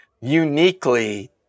uniquely